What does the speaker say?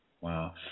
Wow